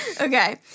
Okay